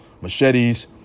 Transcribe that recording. machetes